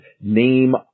name